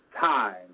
time